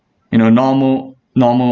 you know normal normal